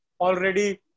already